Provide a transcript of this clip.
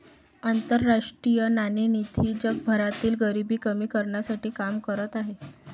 आंतरराष्ट्रीय नाणेनिधी जगभरातील गरिबी कमी करण्यासाठी काम करत आहे